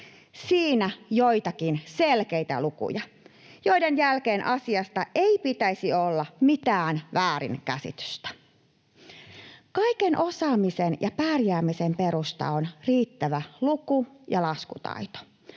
Siinä joitakin selkeitä lukuja, joiden jälkeen asiasta ei pitäisi olla mitään väärinkäsitystä. Kaiken osaamisen ja pärjäämisen perusta on riittävä luku‑ ja laskutaito.